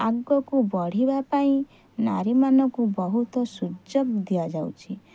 ଆଗକୁ ବଢ଼ିବା ପାଇଁ ନାରୀମାନଙ୍କୁ ବହୁତ ସୁଯୋଗ ଦିଆଯାଉଛି